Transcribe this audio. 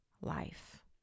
life